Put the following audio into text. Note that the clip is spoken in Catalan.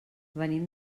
venim